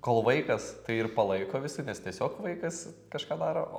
kol vaikas tai ir palaiko visi nes tiesiog vaikas kažką daro o